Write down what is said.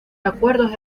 acuerdos